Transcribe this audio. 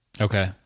Okay